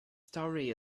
story